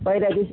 पहिल्या दिवशी